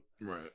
right